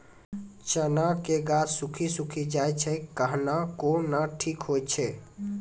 चना के गाछ सुखी सुखी जाए छै कहना को ना ठीक हो छै?